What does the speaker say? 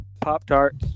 Pop-tarts